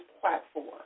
platform